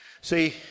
See